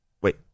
Wait